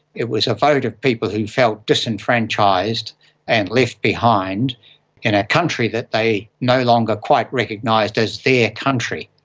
it was a vote of people who felt disenfranchised and left behind in a country that they no longer quite recognised as their ah country.